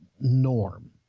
norm